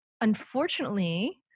unfortunately-